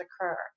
occur